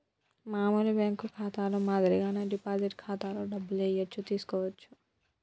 మామూలు బ్యేంకు ఖాతాలో మాదిరిగానే డిపాజిట్ ఖాతాలో డబ్బులు ఏయచ్చు తీసుకోవచ్చు